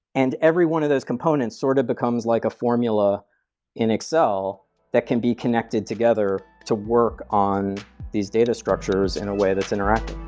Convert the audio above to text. and every one of those components sort of becomes like a formula in excel that can be connected together to work on these data structures in a way that's interactive.